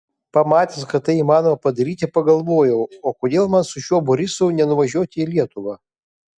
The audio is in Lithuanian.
pamatęs kad tai įmanoma padaryti pagalvojau o kodėl man su šiuo borisu nenuvažiuoti į lietuvą